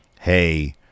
hey